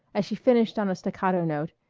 as she finished on a staccato note,